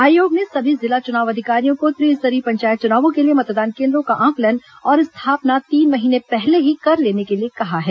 आयोग ने सभी जिला चुनाव अधिकारियों को त्रिस्तरीय पंचायत चुनावों के लिए मतदान केन्द्रों का आंकलन और स्थापना तीन महीने पहले ही कर लेने के लिए कहा है